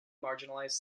marginalized